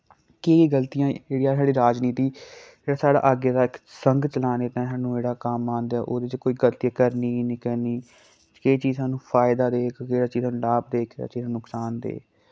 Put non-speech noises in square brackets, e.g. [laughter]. केह् गल्तियां जेह्ड़े साढ़े राजनीती जां साढ़ा अग्गें दा संग चलाने दा साह्नू जेह्ड़ा कम्म आंदा ऐ ओह्दे च कोई गल्ती करनी कि निं करनी केह् चीज साह्नू फायदा देग केह् [unintelligible] नुकसान देग